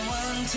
one